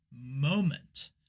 moment